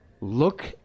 Look